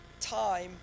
time